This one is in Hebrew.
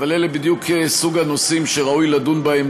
אבל אלה בדיוק מסוג הנושאים שראוי לדון בהם